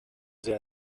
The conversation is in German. sehr